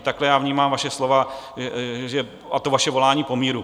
Takhle já vnímám vaše slova a to vaše volání po míru.